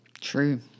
True